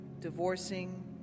divorcing